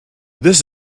this